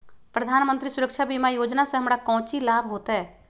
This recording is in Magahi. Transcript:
प्रधानमंत्री सुरक्षा बीमा योजना से हमरा कौचि लाभ होतय?